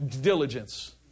diligence